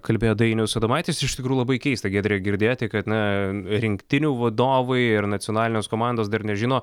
kalbėjo dainius adomaitis iš tikrųjų labai keista giedre girdėti kad na rinktinių vadovai ir nacionalinės komandos dar nežino